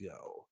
go